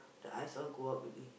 the eyes all go up already